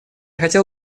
хотел